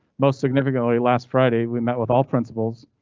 most significantly last friday we met with all principals.